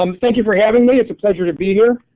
um thank you for having me it's a pleasure to be here.